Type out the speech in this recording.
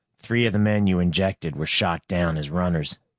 three of the men you injected were shot down as runners.